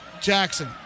Jackson